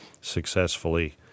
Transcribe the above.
successfully